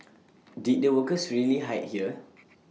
did the workers really hide here